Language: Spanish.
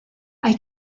hay